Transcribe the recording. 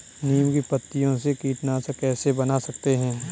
नीम की पत्तियों से कीटनाशक कैसे बना सकते हैं?